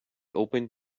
opened